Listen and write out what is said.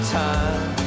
time